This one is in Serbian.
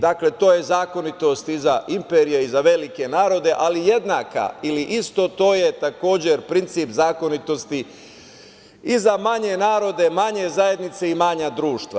Dakle, to je zakonitost i za imperije i za velike narode, ali jednaka ili isto to je takođe princip zakonitosti i za manje narode, manje zajednice i manja društva.